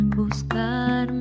buscar